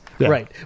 Right